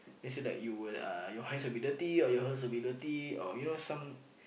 you say like you will your hands will be dirty hers will be you know some